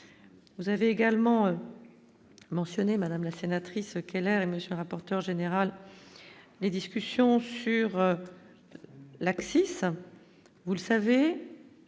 vous avez également mentionné madame la sénatrice Keller et monsieur le rapporteur général, les discussions sur l'ça vous le savez.